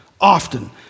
often